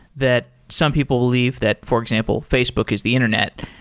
that some people believe that, for example, facebook is the internet.